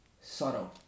sorrow